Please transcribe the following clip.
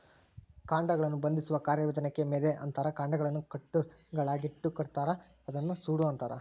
ಕಾಂಡಗಳನ್ನು ಬಂಧಿಸುವ ಕಾರ್ಯವಿಧಾನಕ್ಕೆ ಮೆದೆ ಅಂತಾರ ಕಾಂಡಗಳನ್ನು ಕಟ್ಟುಗಳಾಗಿಕಟ್ಟುತಾರ ಅದನ್ನ ಸೂಡು ಅಂತಾರ